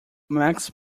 max